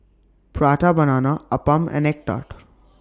Prata Banana Appam and Egg Tart